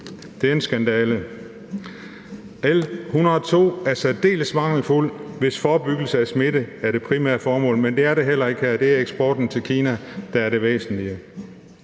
Det er en skandale. L 102 er særdeles mangelfuldt, hvis forebyggelse af smitte er det primære formål, men det er det heller ikke – det er eksporten til Kina, der er det væsentlige.